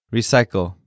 Recycle